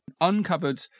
Uncovered